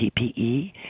PPE